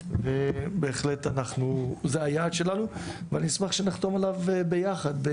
ובהחלט זה היעד שלנו ואני אשמח שנחתום עליו ביחד.